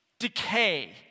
Decay